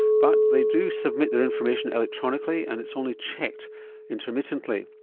but they do submit their information electronically and it's only checked intermittently.